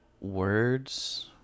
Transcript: words